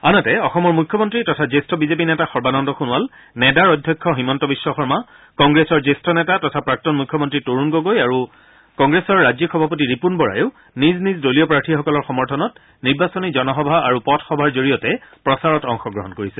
আনহাতে অসমৰ মুখ্যমন্ত্ৰী তথা জ্যেষ্ঠ বিজেপি নেতা সৰ্বানন্দ সোণোৱাল নেডাৰ অধ্যক্ষ হিমন্ত বিশ্ব শৰ্মা কংগ্ৰেছৰ জ্যেষ্ঠ নেতা তথা প্ৰাক্তন মুখ্যমন্ত্ৰী তৰুণ গগৈ আৰু কংগ্ৰেছৰ ৰাজ্যিক সভাপতি ৰিপুণ বৰায়ো নিজ নিজ দলীয় প্ৰাৰ্থীসকলৰ সমৰ্থনত নিৰ্বাচনী জনসভা আৰু পথ সভাৰ জৰিয়তে প্ৰচাৰত অংশগ্ৰহণ কৰিছে